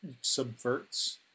subverts